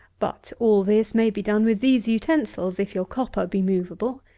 but all this may be done with these utensils, if your copper be moveable.